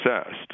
Assessed